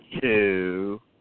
two